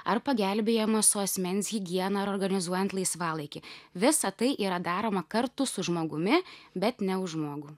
ar pagelbėjama su asmens higiena ar organizuojant laisvalaikį visa tai yra daroma kartu su žmogumi bet ne už žmogų